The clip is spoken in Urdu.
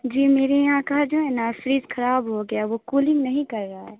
جی میرے یہاں کا جو ہے نا فرج خراب ہوگیا ہے وہ کولنگ نہیں کر رہا ہے